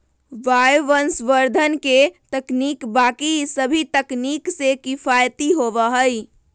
वायवसंवर्धन के तकनीक बाकि सभी तकनीक से किफ़ायती होबा हई